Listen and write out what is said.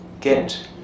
get